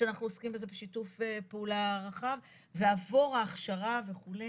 שאנחנו עוסקים בזה בשיתוף פעולה רחב ועבור ההכשרה וכו'.